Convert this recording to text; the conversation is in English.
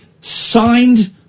signed